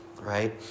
Right